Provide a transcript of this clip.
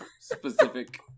Specific